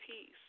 peace